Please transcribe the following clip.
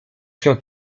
się